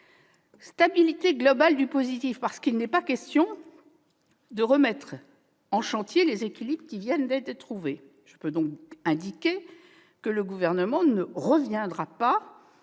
Stabilité globale du dispositif », car il n'est pas question de remettre en chantier les équilibres qui viennent d'être trouvés. Je peux ainsi vous confirmer que le Gouvernement ne reviendra pas